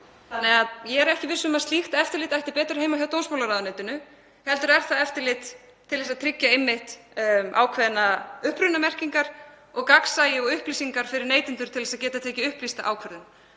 íslensk. Ég er ekki viss um að slíkt eftirlit ætti betur heima hjá dómsmálaráðuneytinu heldur er eftirlitið til þess að tryggja ákveðnar upprunamerkingar og gagnsæi og upplýsingar fyrir neytendur til þess að geta tekið upplýsta ákvörðun.